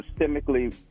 systemically